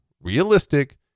realistic